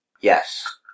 Yes